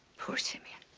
poor simeon.